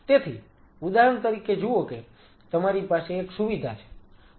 તેથી ઉદાહરણ તરીકે જુઓ કે તમારી પાસે એક સુવિધા છે